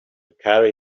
carry